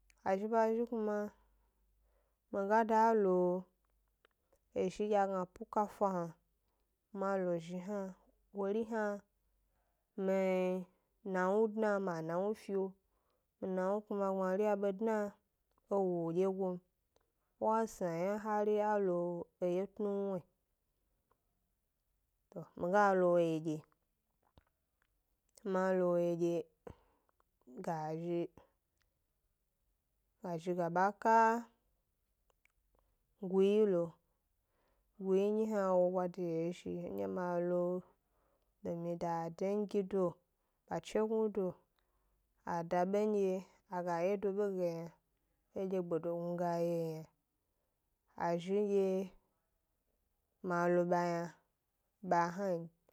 A zhi ba zhi kuma, mi ga da lo ezhi nyɗe a gna pukafa hna, ma lo zhi hna, wori hna mi nawnu dna, mi anawnu fio, mi nawnu kuma gbmari a be dna, e wo wo dyegoyi m, wa sna hari a lo eye tnuwnyi, to mi ga lo wo wyedye, ma lo wo wyedye, ga zhi ga zhi ga ba ka guyi lo, guyi nyi hna wo bwa de yi ezhi ndye ma lo de mi 'da adongido a chegnuoɗ a da benyɗe a ga yedo be ge yna, edye gbedognu ga yio yna, azhi dye ma lo ba yna ba hna n.